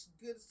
good